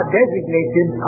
designated